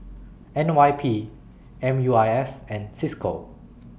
N Y P M U I S and CISCO